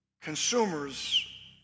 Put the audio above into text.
consumers